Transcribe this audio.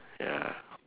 ya